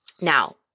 now